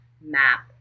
map